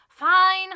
Fine